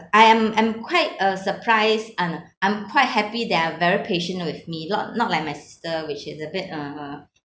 I am am quite uh surprised uh no I'm quite happy they are very patient with me not not like my sister which is a bit uh